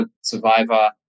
survivor